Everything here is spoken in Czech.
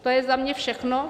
To je za mě všechno.